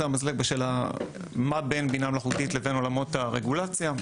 המזלג בשאלה מה בין בינה מלאכותית לבין עולמות הרגולציה.